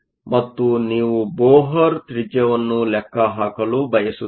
ಮತ್ತು ನೀವು ಬೊಹ್ರ್ ತ್ರಿಜ್ಯವನ್ನು ಲೆಕ್ಕ ಹಾಕಲು ಬಯಸುತ್ತೀರಿ